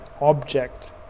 object